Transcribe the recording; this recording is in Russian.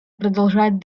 продолжать